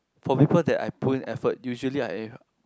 for people that I put in effort usually I air hug